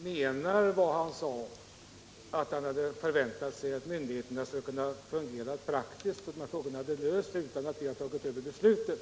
Herr talman! Jag tror fortfarande inte att Kjell Mattsson hade förväntat sig att myndigheterna skulle fungera så att frågorna hade kunnat lösas utan att vi tagit över beslutet.